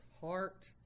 heart